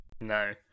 No